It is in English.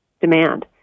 demand